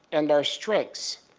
and our strengths,